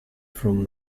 from